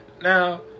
Now